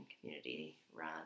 community-run